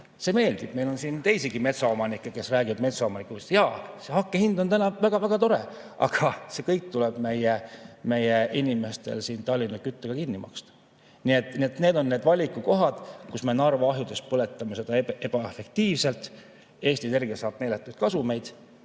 see meeldib. Meil on siin teisigi metsaomanikke, kes räägivad metsaomanikuks olemisest. Jaa, see hakke hind on väga-väga tore, aga see kõik tuleb meie inimestel siin Tallinna Küttele kinni maksta. Nii et need on need valikukohad. Me Narva ahjudes põletame seda ebaefektiivselt. Eesti Energia saab meeletuid kasumeid.